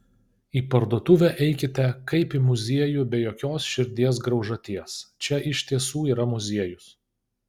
į parduotuvę eikite kaip į muziejų be jokios širdies graužaties čia iš tiesų yra muziejus